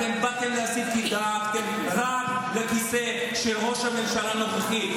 אתם באתם להסית כי דאגתם רק לכיסא של ראש הממשלה הנוכחי.